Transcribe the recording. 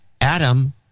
Adam